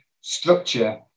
structure